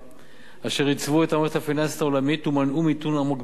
אשר ייצבו את המערכת הפיננסית העולמית ומנעו מיתון עמוק בהרבה,